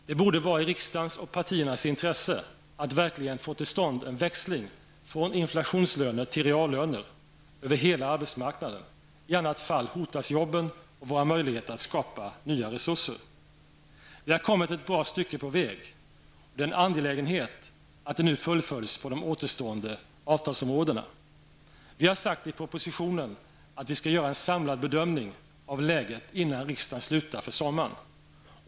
Det borde vara i riksdagens och i partiernas intresse att verkligen få till stånd en växling från inflationslöner till reallöner över hela arbetsmarknaden. I annat fall hotas jobben och våra möjligheter att skapa nya resurser. Vi har kommit ett bra stycke på väg, och det är angeläget att det nu fullföljs på de återstående avtalsområdena. Vi har sagt i propositionen att vi skall göra en samlad bedömning av läget innan riksdagen slutar för sommaren.